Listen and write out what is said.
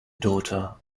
daughter